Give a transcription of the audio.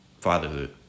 fatherhood